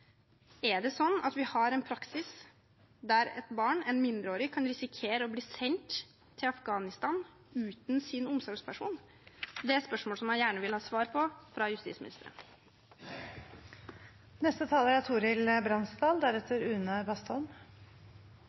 Er det sånn at vi har en praksis der et barn, en mindreårig, kan risikere å bli sendt til Afghanistan uten sin omsorgsperson? Det er spørsmål jeg gjerne vil ha svar på fra justisministeren. Som stortingspolitikere skal vi ikke gå inn og behandle enkeltsaker. Men enkeltsaker er